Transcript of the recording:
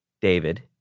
David